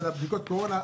של בדיקות הקורונה.